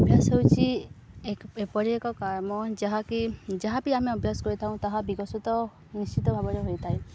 ଅଭ୍ୟାସ ହେଉଛି ଏକ୍ ଏପରି ଏକ କାମ ଯାହାକି ଯାହା ବିି ଆମେ ଅଭ୍ୟାସ କରିଥାଉ ତାହା ବିକଶିତ ନିଶ୍ଚିତ ଭାବରେ ହୋଇଥାଏ